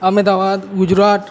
Ahmedabad Gujarat